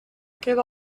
aquest